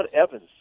Evans